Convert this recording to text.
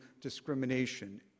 discrimination